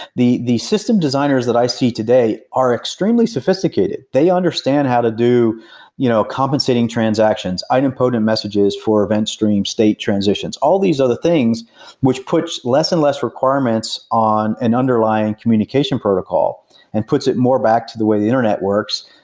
the the system designers that i see today are extremely sophisticated. they understand how to do you know compensating transactions, idempotent messages for event stream state transitions all these other things which puts less and less requirements on an underlying communication protocol and puts it more back to the way the internet works,